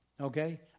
Okay